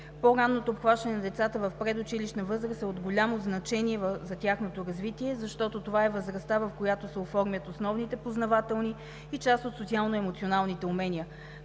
По-ранното обхващане на децата в предучилищна възраст е от голямо значение за тяхното развитие, защото това е възрастта, в която се оформят основните познавателни и част от социално-емоционалните умения.